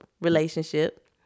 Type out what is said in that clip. relationship